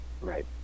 right